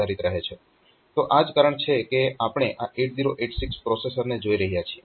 તો આ જ કારણ છે કે આપણે આ 8086 પ્રોસેસરને જોઈ રહ્યા છીએ